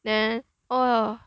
then oh